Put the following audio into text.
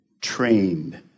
trained